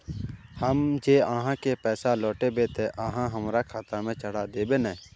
हम जे आहाँ के पैसा लौटैबे ते आहाँ हमरा खाता में चढ़ा देबे नय?